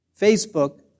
Facebook